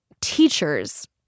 teachers